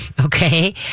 okay